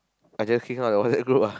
I just kick him out the WhatsApp group ah